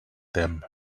them